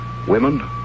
Women